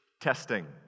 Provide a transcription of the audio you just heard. testing